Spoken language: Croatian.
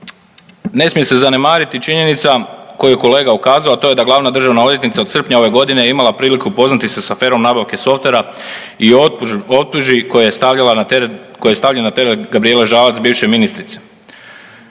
Ne smije se zanemariti činjenica na koju je kolega ukazao, a to je da glavna državna odvjetnica od srpnje ove godine je imala priliku upoznati se s aferom nabavke softvera i optužbi koje je stavljena na teret Gabrijele Žalac bivše ministrice,